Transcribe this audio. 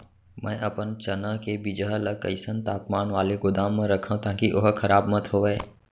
मैं अपन चना के बीजहा ल कइसन तापमान वाले गोदाम म रखव ताकि ओहा खराब मत होवय?